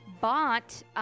bought